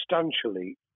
substantially